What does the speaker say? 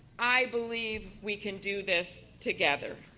i believe we can do this, together.